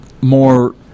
more